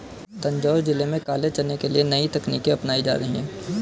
तंजौर जिले में काले चने के लिए नई तकनीकें अपनाई जा रही हैं